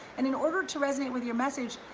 and in order to resonate with your message,